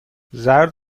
زرد